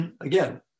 again